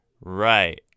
Right